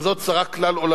אבל זאת צרה כלל-עולמית.